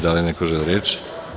Da li neko želi reč?